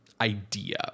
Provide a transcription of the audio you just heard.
idea